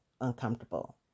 uncomfortable